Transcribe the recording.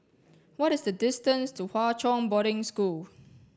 what is the distance to Hwa Chong Boarding School